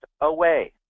away